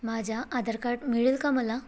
माझ्या आधार कार्ड मिळेल का मला